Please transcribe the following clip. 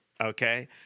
okay